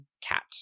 Cat